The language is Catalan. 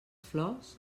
flors